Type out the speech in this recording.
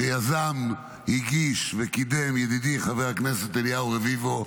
שיזם, הגיש וקידם, ידידי חבר הכנסת אליהו רביבו.